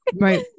Right